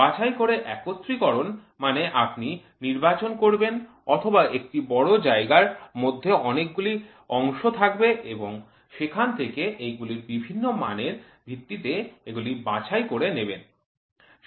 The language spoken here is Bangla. বাছাই করে একত্রীকরণ মানে আপনি নির্বাচন করবেন অথবা একটি বড় জায়গার মধ্যে অনেকগুলি অংশ থাকবে এবং সেখানে থেকে এইগুলির বিভিন্ন মানের ভিত্তিতে এগুলি বাছাই করে নেবেন